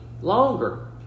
longer